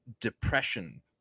depression